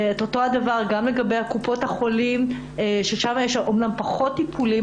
בקופות החולים יש אמנם פחות טיפולים,